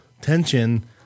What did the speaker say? tension